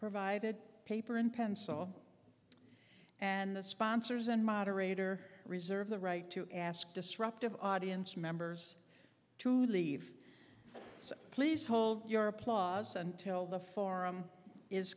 provided paper and pencil and the sponsors and moderator reserve the right to ask disruptive audience members to leave so please hold your applause until the forum is